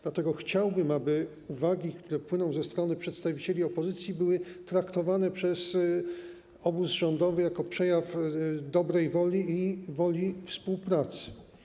Dlatego chciałbym, aby uwagi, które płyną ze strony przedstawicieli opozycji, były traktowane przez obóz rządowy jako przejaw dobrej woli i woli współpracy.